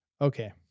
Okay